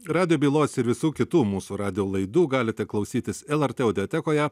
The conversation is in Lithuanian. radijo bylos ir visų kitų mūsų radijo laidų galite klausytis lrt audiotekoje